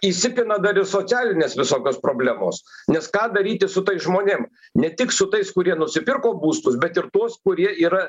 įsipina dar ir socialinės visokios problemos nes ką daryti su tais žmonėm ne tik su tais kurie nusipirko būstus bet ir tuos kurie yra